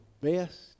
best